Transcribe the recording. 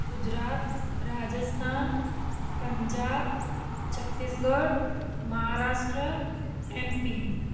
Gujarat Rajasthan Punjab Chhattisgarh Maharashtra MP